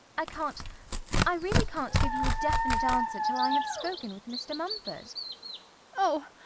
i can't i really can't give you a definite answer till i have spoken with mr. mumford oh!